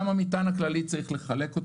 גם את המטען הכללי צריך לחלק.